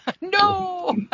No